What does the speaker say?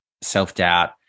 self-doubt